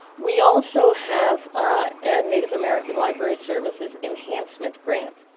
we also have a and native american library services enhancement grant,